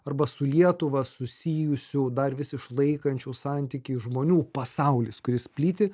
arba su lietuva susijusių dar vis išlaikančių santykį žmonių pasaulis kuris plyti